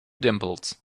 dimples